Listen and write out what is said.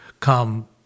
come